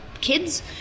kids